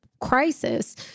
crisis